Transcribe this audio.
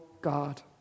God